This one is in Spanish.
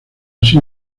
así